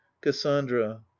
cassandra